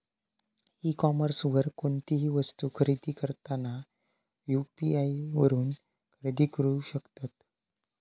E कॉमर्सवर कोणतीही वस्तू खरेदी करताना यू.पी.आई वापरून खरेदी करू शकतत